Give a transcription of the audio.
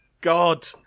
god